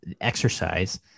exercise